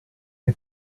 you